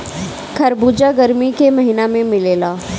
खरबूजा गरमी के महिना में मिलेला